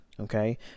Okay